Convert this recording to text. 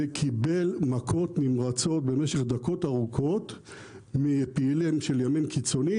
וקיבל מכות נמרצות במשך דקות ארוכות מפעילים של ימין קיצוני,